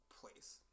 place